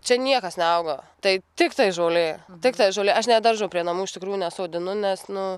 čia niekas neauga tai tiktai žolė tiktai žolė aš net daržo prie namų iš tikrųjų nesodinu nes nu